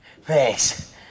Thanks